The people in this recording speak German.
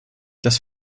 das